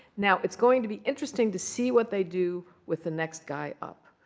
now, it's going to be interesting to see what they do with the next guy up,